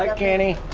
ah kenny